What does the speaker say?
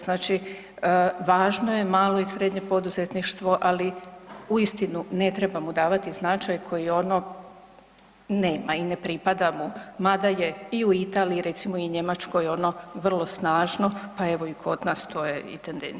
Znači, važno je malo i srednje poduzetništvo, ali uistinu ne treba mu davati značaj koji ono nema i ne pripada mu, mada je i u Italiji recimo i u Njemačkoj ono vrlo snažno, pa evo i kod nas to je intendencija.